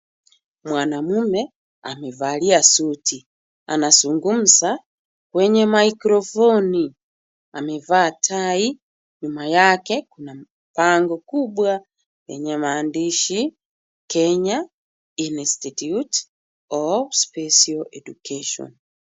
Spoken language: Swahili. Mwanaume amevalia suti, anazungumza kwenye mikrofoni, amevaa tai. Nyuma yake, kuna bango kubwa lenye maandishi Kenya Institute of Special Education.